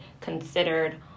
considered